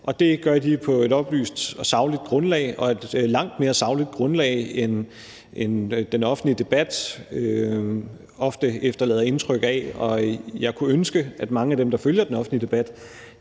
og det gør de på et oplyst og sagligt grundlag og et langt mere sagligt grundlag, end den offentlige debat ofte efterlader indtryk af. Jeg kunne ønske, at mange af dem, der følger den offentlige debat,